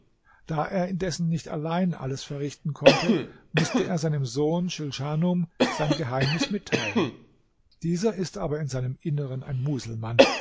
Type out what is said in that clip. da er indessen nicht allein alles verrichten konnte mußte er seinem sohn schilschanum sein geheimnis mitteilen dieser ist aber in seinem inneren ein muselmann